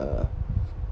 uh